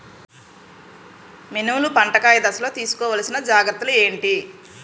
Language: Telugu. మినుములు పంట కాయ దశలో తిస్కోవాలసిన జాగ్రత్తలు ఏంటి?